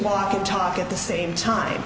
walk and talk at the same time